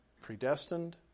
predestined